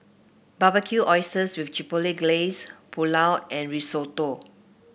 Barbecued Oysters with Chipotle Glaze Pulao and Risotto